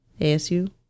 ASU